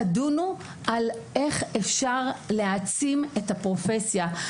תדונו על איך אפשר להעצים את הפרופסיה.